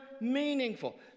meaningful